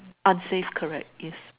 unsafe correct yes